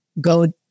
go